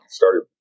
started